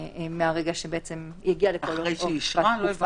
"למעט עצור" ויש לנו את ההגדרה של עצורים.